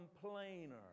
complainer